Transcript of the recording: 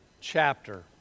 chapter